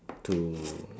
to